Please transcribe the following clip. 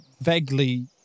vaguely